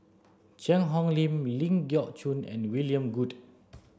Cheang Hong Lim Ling Geok Choon and William Goode